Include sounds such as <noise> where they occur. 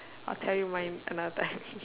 I'll tell you mine another time <laughs>